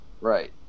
right